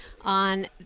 on –